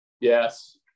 Yes